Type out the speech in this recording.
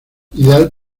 ideal